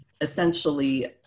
essentially